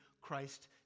Christ